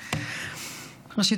ראשית,